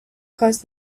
caused